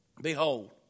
Behold